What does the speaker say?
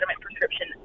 prescription